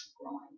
growing